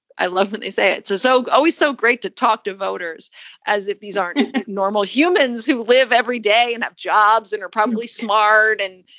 i love what they say. it's also so always so great to talk to voters as if these aren't and and normal humans who live every day and have jobs and are probably smart. and,